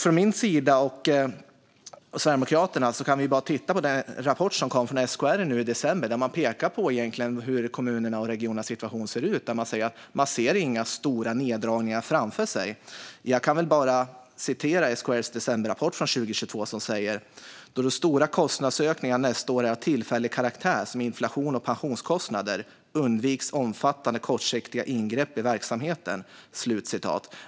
Från min och Sverigedemokraternas sida tittar vi på den rapport som kom från SKR nu i december, där man pekar på hur kommunernas och regionernas situation ser ut. Man ser inga stora neddragningar framför sig. Jag kan citera ur denna rapport från december 2022, som säger följande: "Då de stora kostnadsökningarna nästa år är av tillfällig karaktär, som inflation och pensionskostnader, undviks omfattande kortsiktiga ingrepp i verksamheten."